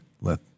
let